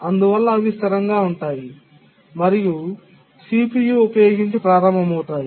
అందువల్ల అవి సిద్ధంగా ఉన్నాయి మరియు CPU ఉపయోగించి ప్రారంభమవుతాయి